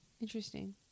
Interesting